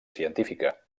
científica